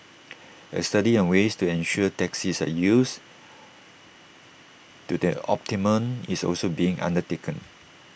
A study on ways to ensure taxis are used to the optimum is also being undertaken